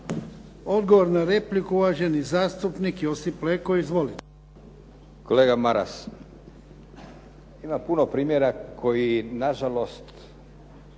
Odgovor na repliku, uvaženi zastupnik Josip Leko. Izvolite. **Leko, Josip (SDP)** Kolega Maras, ima puno primjera koji nažalost